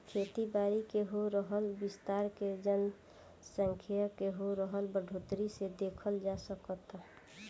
खेती बारी के हो रहल विस्तार के जनसँख्या के हो रहल बढ़ोतरी से देखल जा सकऽता